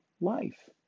life